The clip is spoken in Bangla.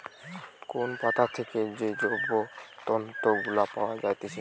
কোন পাতা থেকে যে জৈব তন্তু গুলা পায়া যাইতেছে